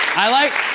i like,